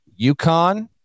UConn